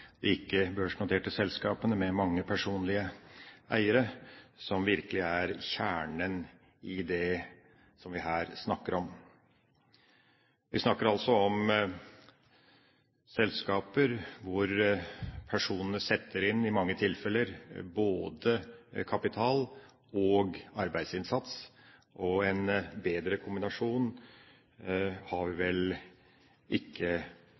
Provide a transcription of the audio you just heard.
de ikke børsnoterte selskapene med mange personlige eiere, som virkelig er kjernen i det vi her snakker om. Vi snakker altså om selskaper hvor personene i mange tilfeller setter inn både kapital og arbeidsinnsats, og en bedre kombinasjon har vi vel ikke